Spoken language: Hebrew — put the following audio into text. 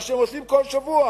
מה שהם עושים כל שבוע,